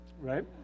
right